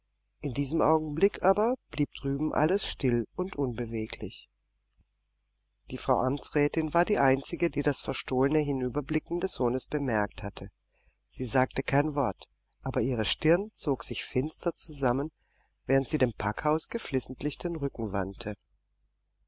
in diesem augenblick aber blieb drüben alles still und unbeweglich die frau amtsrätin war die einzige die das verstohlene hinüberblicken des sohnes bemerkt hatte sie sagte kein wort aber ihre stirn zog sich finster zusammen während sie dem packhaus geflissentlich den rücken wandte